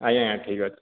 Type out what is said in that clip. ଆଜ୍ଞା ଠିକ୍ଅଛି